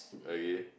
okay